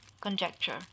conjecture